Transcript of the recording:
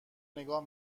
نگاه